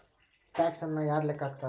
ಟ್ಯಾಕ್ಸನ್ನ ಯಾರ್ ಲೆಕ್ಕಾ ಹಾಕ್ತಾರ?